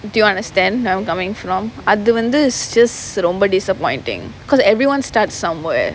do you understand where I am coming from அது வந்து:athu vanthu stress ரொம்ப:romba disappointing because everyone starts somewhere